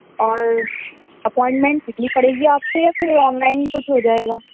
اور اپائنٹمنٹ لینے پڑے گی آپ سے یا پھر آن لائن کچھ ہو جائے گا